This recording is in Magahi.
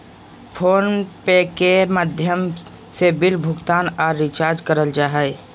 फोन पे के माध्यम से बिल भुगतान आर रिचार्ज करल जा हय